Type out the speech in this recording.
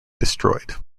destroyed